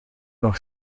nog